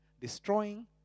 destroying